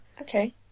Okay